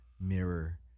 mirror